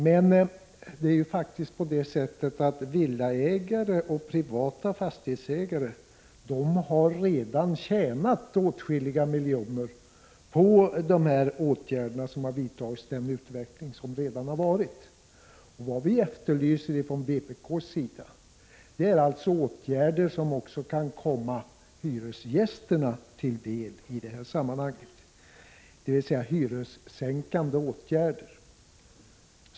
Men det är faktiskt på det sättet att villaägare och privata fastighetsägare redan har tjänat åtskilliga miljoner på den utveckling som har varit. Vad vi från vpk:s sida efterlyser är alltså åtgärder som också kan komma hyresgästerna till del i det här sammanhanget, dvs. hyressänkande åtgärder.